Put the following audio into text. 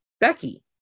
Becky